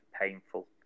painful